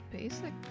basic